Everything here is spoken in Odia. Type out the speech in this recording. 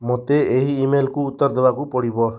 ମୋତେ ଏହି ଇମେଲକୁ ଉତ୍ତର ଦେବାକୁ ପଡ଼ିବ